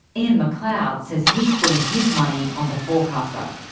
ian mcleod says he's putting his money on the forecaster.